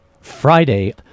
Friday